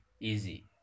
easy